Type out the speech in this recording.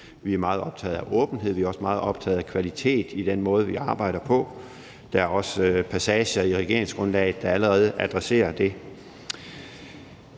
Vi er meget optaget af åbenhed, og vi er også meget optaget af kvalitet i den måde, vi arbejder på. Der er også passager i regeringsgrundlaget, der allerede adresserer det.